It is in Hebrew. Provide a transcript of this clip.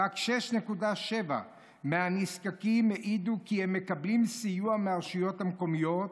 "רק 6.7% מהנזקקים העידו כי הם מקבלים סיוע מהרשויות המקומיות,